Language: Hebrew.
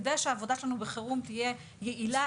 כדי שהעבודה שלנו בחירום תהיה יעילה,